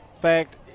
fact